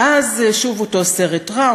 ואז שוב אותו סרט רע.